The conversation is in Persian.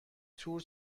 تور